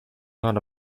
not